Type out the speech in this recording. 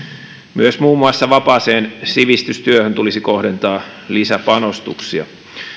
myös muun muassa vapaaseen sivistystyöhön tulisi kohdentaa lisäpanostuksia